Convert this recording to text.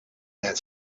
that